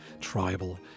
tribal